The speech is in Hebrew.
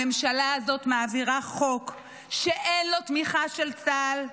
הממשלה הזאת מעבירה חוק שאין לו תמיכה של צה"ל.